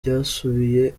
byasubiye